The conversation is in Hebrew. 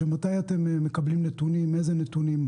מתי אתם מקבלים נתונים ואיזה נתונים?